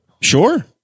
Sure